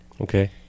okay